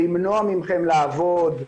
למנוע מכם לעבוד,